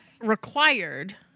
required